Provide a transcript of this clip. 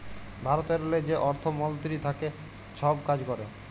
ভারতেরলে যে অর্থ মলতিরি থ্যাকে ছব কাজ ক্যরে